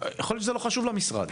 יכול להיות שזה לא חשוב למשרד.